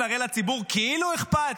נראה לציבור כאילו אכפת,